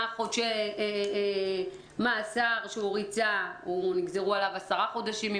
חודשי מאסר שהוא ריצה נגזרו עליו עשרה חודשים,